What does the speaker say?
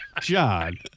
John